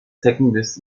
zeckenbiss